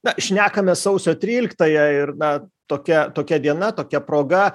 na šnekamės sausio tryliktąją ir na tokia tokia diena tokia proga